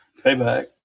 Payback